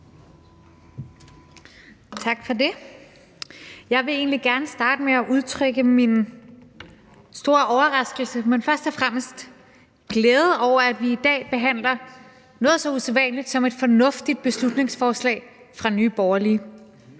Tak for det. Jeg vil egentlig gerne starte med at udtrykke min store overraskelse, men først og fremmest glæde over, at vi i dag behandler noget så usædvanligt som et fornuftigt beslutningsforslag fra Nye Borgerlige.